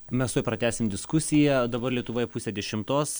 mes tuoj pratęsim diskusiją dabar lietuvoje pusė dešimtos